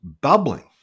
bubbling